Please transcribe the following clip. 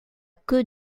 queue